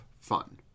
fun